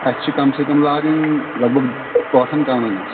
اَسہِ چھِ کم سے کَم لاگٕنۍ لگ بگ ٲٹھ کَمرٕ حظ